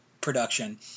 production